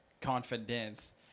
confidence